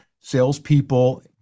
salespeople